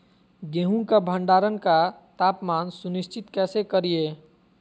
गेहूं का भंडारण का तापमान सुनिश्चित कैसे करिये?